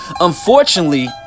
Unfortunately